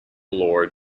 lord